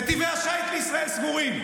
נתיבי השיט לישראל סגורים.